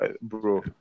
bro